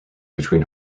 between